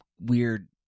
weird